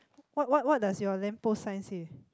what what what does your lamp post sign say